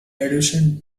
addition